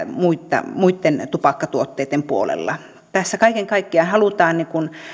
muitten muitten tupakkatuotteitten puolella tässä kaiken kaikkiaan halutaan